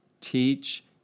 teach